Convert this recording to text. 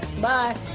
Bye